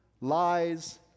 lies